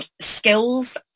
skills